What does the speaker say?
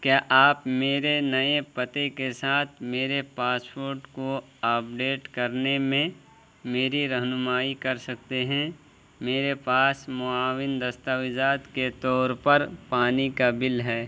کیا آپ میرے نئے پتے کے ساتھ میرے پاسپورٹ کو ابڈیٹ کرنے میں میری رہنمائی کر سکتے ہیں میرے پاس معاون دستاویزات کے طور پر پانی کا بل ہے